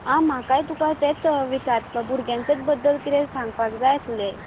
आं म्हाकाय तुका तेंच विचारपाचे भुरग्याचेच बद्दल कितें सांगपाक जाय आसलें